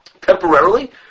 temporarily